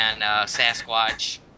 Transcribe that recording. Sasquatch